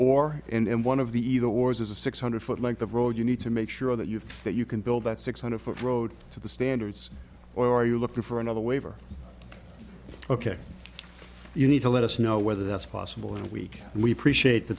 or and one of the either wars is a six hundred foot length of road you need to make sure that you've that you can build that six hundred foot road to the standards or are you looking for another waiver ok you need to let us know whether that's possible in a week and we appreciate the